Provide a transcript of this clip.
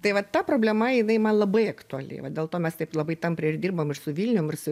tai va ta problema jinai man labai aktuali va dėl to mes taip labai tampriai ir dirbam ir su vilnium ir su